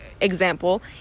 Example